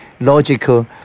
logical